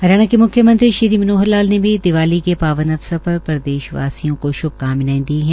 हरियाणा के मुख्यमंत्री श्री मनोहर लाल ने भी दिवाली के पावन अवसर पर प्रदेशवासियों को श्भकामनाएं दी हैं